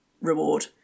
reward